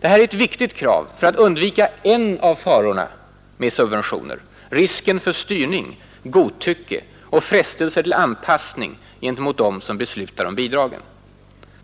Det här är ett viktigt krav för att undvika en av farorna med subventioner: risken för styrning, godtycke och frestelse till anpassning gentemot dem som beslutar om bidragen.